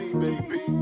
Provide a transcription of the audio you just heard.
baby